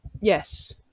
Yes